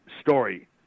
story